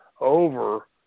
over